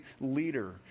leader